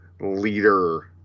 leader